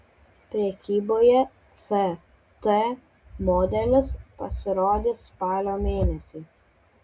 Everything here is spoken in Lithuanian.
prekyboje ct modelis pasirodys spalio mėnesį